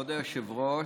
כבוד היושב-ראש.